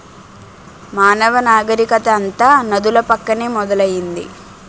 మానవ నాగరికత అంతా నదుల పక్కనే మొదలైంది